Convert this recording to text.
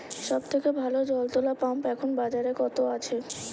সব থেকে ভালো জল তোলা পাম্প এখন বাজারে কত আছে?